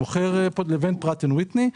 עם פראט אנד ויטני.